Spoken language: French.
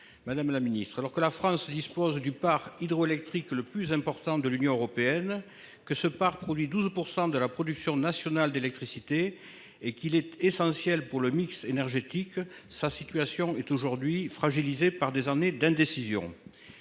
Madame la ministre, alors que la France dispose du part hydroélectrique. Le plus important de l'Union européenne que ce par produit 12% de la production nationale d'électricité et qu'il est essentiel pour le mix énergétique, sa situation est aujourd'hui fragilisée par des années d'indécision.